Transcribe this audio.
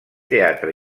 teatre